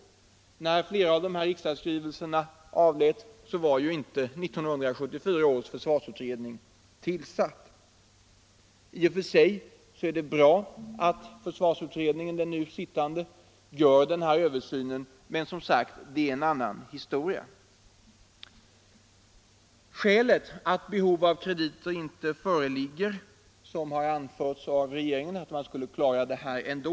När riksdagsskrivelserna avsänts var inte 1974 års försvarsutredning tillsatt. I och för sig är det bra att den nu sittande försvarsutredningen gör denna översyn, men det är som sagt en annan historia. Regeringen har anfört att det inte skulle föreligga något behov av krediter — man skulle klara det här ändå.